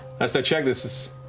i so checked, this is,